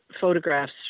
photographs